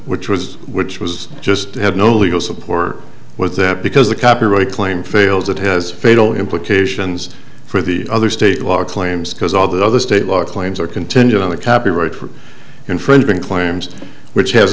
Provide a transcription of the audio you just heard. which was which was just had no legal support was there because the copyright claim fails it has fatal implications for the other state law claims because all the other state law claims are contingent on the copyright for infringing claims which has